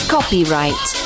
Copyright